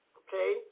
okay